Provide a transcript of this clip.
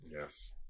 Yes